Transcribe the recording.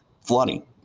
flooding